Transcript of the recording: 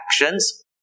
actions